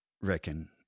reckon